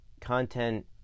content